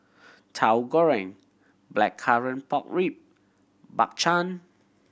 Tauhu Goreng blackcurrant pork rib Bak Chang